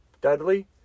Dudley